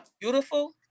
beautiful